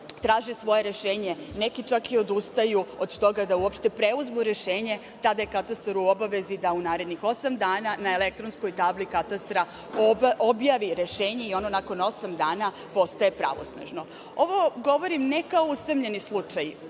traže svoje rešenje. Neki čak i odustaju od toga da u opšte preuzmu rešenje. Tada je katastar u obavezi da u narednih osam dana na elektronskoj tabli katastra objavi rešenje i ono nakon osam dana postaje pravosnažno. Ovo govorim ne kao usamljeni slučaj.